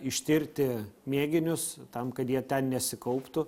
ištirti mėginius tam kad jie ten nesikauptų